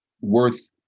worth